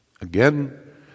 Again